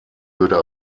würde